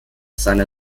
seiner